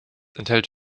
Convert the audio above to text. enthält